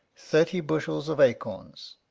thirty bush, of acorns.